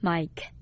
Mike